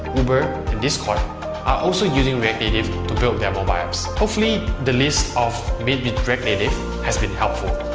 uber and discord are also using react native to build their mobile apps. hopefully the list of made with react native has been helpful.